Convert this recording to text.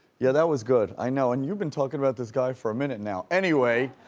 yeah, that was good. i know, and you've been talking about this guy for a minute now. anyway.